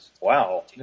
Wow